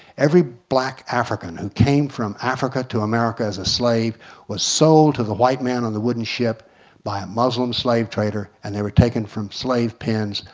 every black african who came from africa to america as a slave was sold to the white man on the wooden ship by a muslim slave trader and they were taken from slave pens.